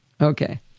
Okay